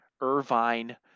Irvine